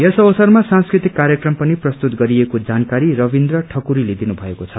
यस अवसरमा सांस्कृतिक कार्यक्रम पनि प्रस्तुत गरिएको जानकारी खीन्द्र ठकुरीले दिनुभएको छ